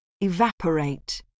Evaporate